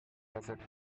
desert